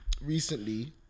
recently